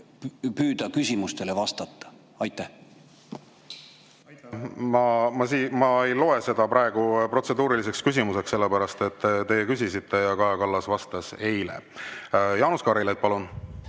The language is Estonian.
ole, küsimustele vastata. Ma ei loe seda protseduuriliseks küsimuseks, sellepärast et teie küsisite ja Kaja Kallas vastas eile. Jaanus Karilaid, palun!